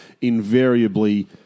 invariably